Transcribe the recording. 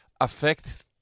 affect